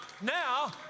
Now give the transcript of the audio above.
now